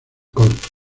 cortos